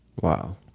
Wow